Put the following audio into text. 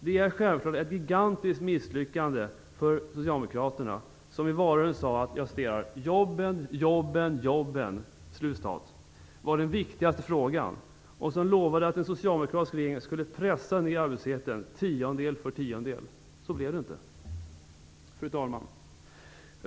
Det är självklart ett gigantiskt misslyckande för Socialdemokraterna som i valrörelsen sade att "jobben, jobben, jobben" var den viktigaste frågan och som lovade att den socialdemokratiska regeringen skulle pressa ned arbetslösheten tiondel för tiondel. Så blev det inte. Fru talman!